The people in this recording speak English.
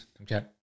Okay